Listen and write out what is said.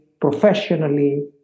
professionally